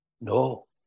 No